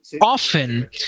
often